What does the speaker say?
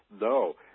No